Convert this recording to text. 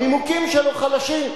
הנימוקים שלו חלשים.